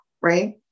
right